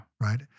Right